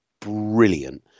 brilliant